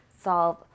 solve